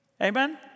Amen